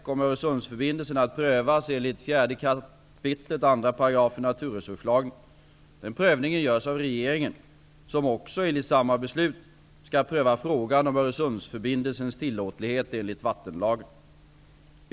kommer Öresundsförbindelsen att prövas enligt 4 kap. 2 § naturresurslagen. Den prövningen görs av regeringen, som också, enligt samma beslut, skall pröva frågan om Öresundsförbindelsens tillåtlighet enligt vattenlagen.